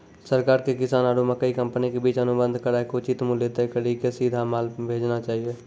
सरकार के किसान आरु मकई कंपनी के बीच अनुबंध कराय के उचित मूल्य तय कड़ी के सीधा माल भेजना चाहिए?